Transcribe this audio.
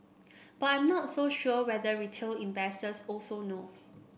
but I'm not so sure whether retail investors also know